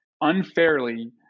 unfairly